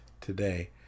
today